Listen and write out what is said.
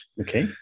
Okay